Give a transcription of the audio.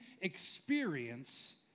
experience